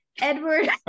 edward